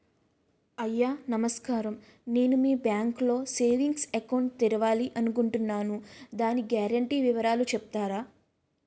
అయ్యా నమస్కారం నేను మీ బ్యాంక్ లో సేవింగ్స్ అకౌంట్ తెరవాలి అనుకుంటున్నాను దాని గ్యారంటీ వివరాలు చెప్తారా?